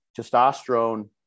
testosterone